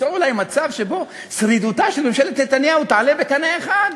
ליצור אולי מצב שבו שרידותה של ממשלת נתניהו תעלה בקנה אחד,